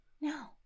No